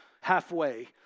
halfway